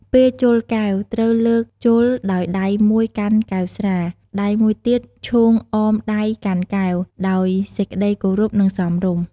ពេលជល់កែវ ត្រូវលើកជល់ដោយដៃមួយកាន់កែវស្រា ដៃមួយទៀតឈោងអមដៃកាន់កែវ ដោយសេចក្ដីគោរព និងសមរម្យ។